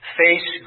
face